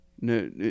No